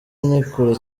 nikure